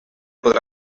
podrà